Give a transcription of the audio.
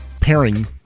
pairing